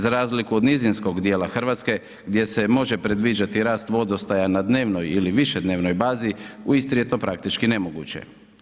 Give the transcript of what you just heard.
Za razliku od nizinskog djela Hrvatske gdje se može predviđati rast vodostaja na dnevnoj ili višednevnoj bazi, u Istri je to praktički nemoguće.